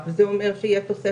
זה יהיה הרבה